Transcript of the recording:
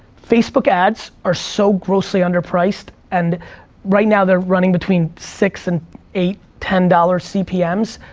facebook ads are so grossly under priced, and right now they're running between six and eight, ten dollar cpms,